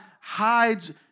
hides